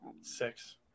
Six